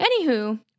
Anywho